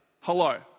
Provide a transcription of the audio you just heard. Hello